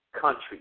country